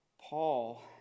Paul